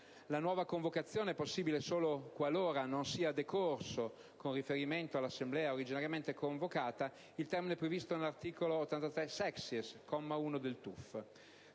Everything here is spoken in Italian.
La nuova convocazione è possibile solo qualora non sia decorso, con riferimento all'assemblea originariamente convocata, il termine previsto nell'articolo 83-*sexies*, comma 1, del TUF,